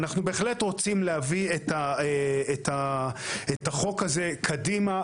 ואנחנו בהחלט רוצים להביא את החוק הזה קדימה.